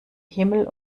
himmel